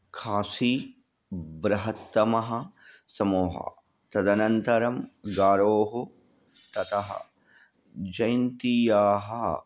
खासी ब्रहत्तमः समूहः तदनन्तरं गारोः ततः जैन्तीयाः